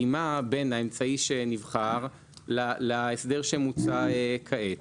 אני גם לא רואה איזושהי הלימה בין האמצעי שנבחר להסדר שמוצע כעת.